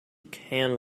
can